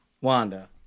Wanda